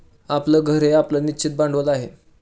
आपलं घर हे आपलं निश्चित भांडवल आहे